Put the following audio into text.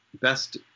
best